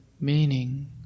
meaning